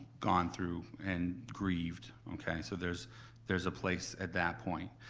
gone through and grieved. okay, so there's there's a place at that point.